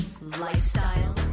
lifestyle